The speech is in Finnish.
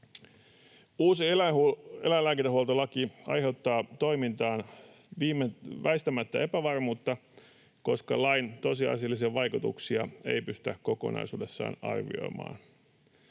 Uusi eläinlääkintähuoltolaki aiheuttaa toimintaan väistämättä epävarmuutta, koska lain tosiasiallisia vaikutuksia ei pystytä kokonaisuudessaan arvioimaan.